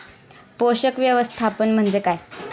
पोषक व्यवस्थापन म्हणजे काय?